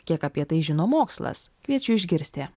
kiek apie tai žino mokslas kviečiu išgirsti